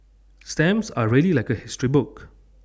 stamps are really like A history book